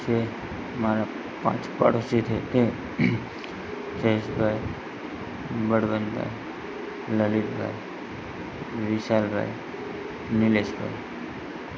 જે મારા પાંચ પાડોશી છે તે જયેશભાઈ બળવંતભાઈ લલીતભાઈ વિશાલભાઈ નીલેશભાઈ